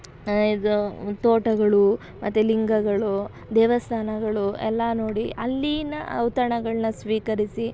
ಇದು ತೋಟಗಳು ಮತ್ತು ಲಿಂಗಗಳು ದೇವಸ್ಥಾನಗಳು ಎಲ್ಲ ನೋಡಿ ಅಲ್ಲಿನ ಔತಣಗಳನ್ನ ಸ್ವೀಕರಿಸಿ